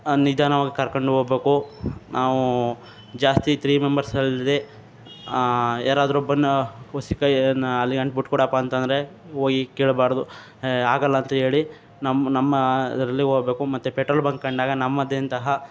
ನಿಧಾನವಾಗಿ ಕರ್ಕೊಂಡು ಹೋಗ್ಬೇಕು ನಾವು ಜಾಸ್ತಿ ಥ್ರೀ ಮೆಂಬರ್ಸ್ ಅಲ್ಲದೇ ಯಾರಾದ್ರೂ ಬಂದ್ ಒಸಿ ಕೈನ ಅಲ್ಲಿಗಂಟ ಬಿಟ್ಕೊಡಪ್ಪ ಅಂತ ಅಂದ್ರೆ ಹೋಗಿ ಕೇಳಬಾರ್ದು ಆಗಲ್ಲಂತ ಹೇಳಿ ನಮ್ಮ ನಮ್ಮ ಅದರಲ್ಲಿ ಹೋಗ್ಬೇಕು ಮತ್ತು ಪೆಟ್ರೋಲ್ ಬಂಕ್ ಕಂಡಾಗ ನಮ್ಮದೆಂತಹ